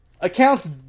accounts